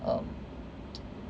um